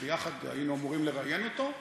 ויחד היינו אמורים לראיין אותו.